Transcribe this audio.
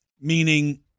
meaning